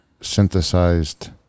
synthesized